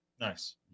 Nice